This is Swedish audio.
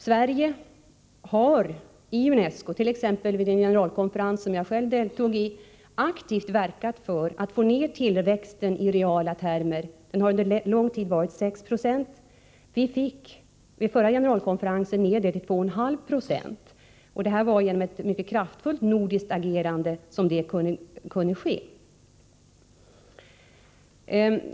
Sverige har i UNESCO, t.ex. vid en generalkonferens som jag själv deltog i, aktivt verkat för att få ned tillväxten i reala termer. Den har under lång tid varit 6 20. Vid den förra generalkonferensen fick vi ned den till 2,5 20. Detta skedde genom ett mycket kraftfullt nordiskt agerande.